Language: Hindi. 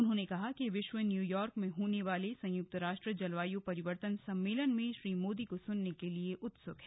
उन्होंने कहा कि विश्व न्यूयॉर्क में होने वाले संयुक्त राष्ट्र जलवायु परिवर्तन सम्मेलन में श्री मोदी को सुनने के लिए उत्सुक हैं